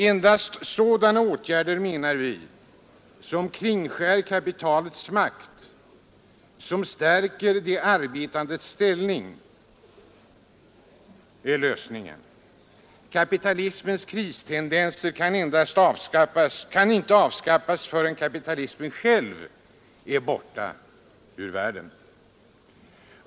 Endast sådana åtgärder som kringskär kapitalets makt och som stärker de arbetandes ställning är lösningen. Kapitalismens kristendenser kan inte avskaffas förrän kapitalismen själv är ur världen.